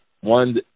one